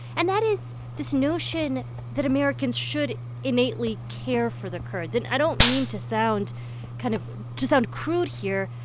and that is this notion that americans should innately care for the kurds. and i don't mean to sound kind of to sound crude here,